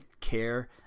care